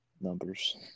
numbers